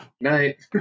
night